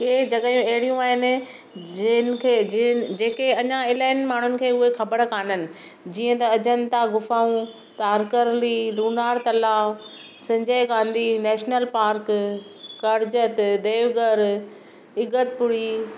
के जॻहियूं अहिड़ियूं आहिनि जिअन खे जिन जेके अञा इलाही माण्हुनि खे उहे ख़बर कान आहिनि जीअं त अजंता ग़ुफ़ाऊं तारकरली लुनार तलाउ Sanjay Gandhi national park Karjat Devgad इगत पुरी